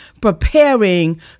preparing